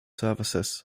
services